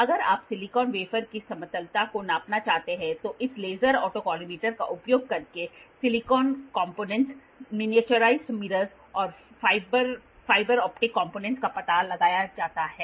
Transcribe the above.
अगर आप silicon wafer की समतलता को नापना चाहते हैं तो इस लेजर ऑटोकॉलिमेटर का उपयोग करके silicon components silicon components miniaturised mirrors और फाइबर ऑप्टिक घटकों का पता लगाया जाता है